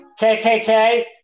KKK